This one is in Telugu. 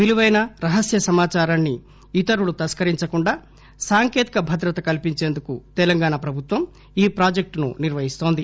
విలుపైన రహస్య సమాచారాన్ని ఇతరులు తస్సరించకుండా సాంకేతిక భద్రత కల్సించేందుకు తెలంగాణ ప్రభుత్వం ఈ ప్రాజెక్టును నిర్వహిస్తోంది